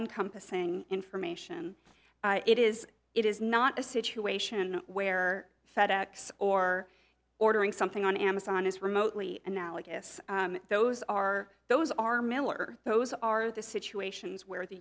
encompassing information it is it is not a situation where fedex or ordering something on amazon is remotely analogous those are those are mail or those are the situations where the